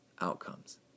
outcomes